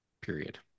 period